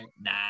nah